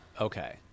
Okay